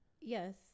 Yes